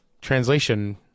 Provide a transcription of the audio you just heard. translation